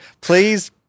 Please